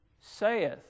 saith